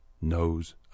knows